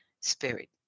spirit